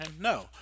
No